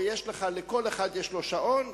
לכל אחד יש שעון,